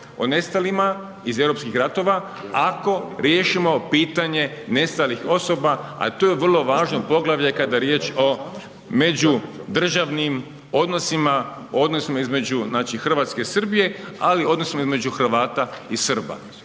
o nestalima iz europskih ratova, ako riješimo pitanje nestalih osoba, at u je vrlo važno poglavlje kada je riječ o međudržavnim odnosima, o odnosima, znači između Hrvatske-Srbije, ali odnosa između Hrvata i Srba,